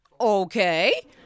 okay